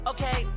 Okay